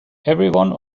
everyone